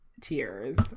tears